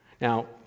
Now